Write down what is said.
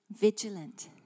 vigilant